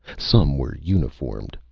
some were uniformed.